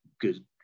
good